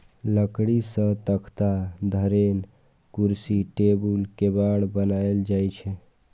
लकड़ी सं तख्ता, धरेन, कुर्सी, टेबुल, केबाड़ बनाएल जाइ छै